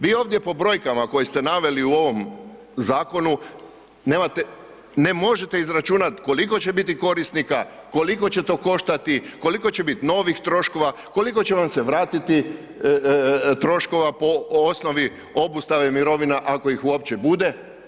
Vi ovdje po brojkama koje ste naveli u ovom zakonu nemate, ne možete izračunat koliko će biti korisnika, koliko će to koštati, koliko će bit novih troškova, koliko će vam se vratiti troškova po osnovi obustave mirovina ako ih uopće bude.